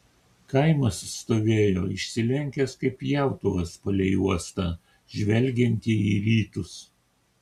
kaimas stovėjo išsilenkęs kaip pjautuvas palei uostą žvelgiantį į rytus